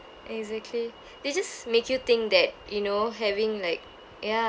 exactly they just make you think that you know having like ya